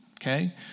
okay